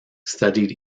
studied